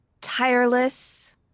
tireless